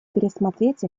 пересмотреть